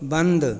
बन्द